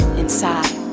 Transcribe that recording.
inside